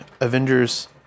Avengers